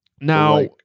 Now